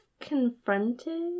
confronted